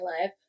life